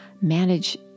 manage